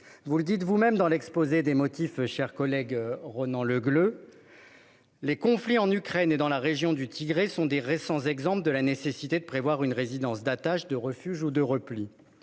vous le dites vous-même dans l'exposé des motifs, cher Ronan Le Gleut, les conflits en Ukraine et dans la région du Tigré sont de récents exemples de la nécessité de prévoir une résidence d'attache, de refuge ou de repli.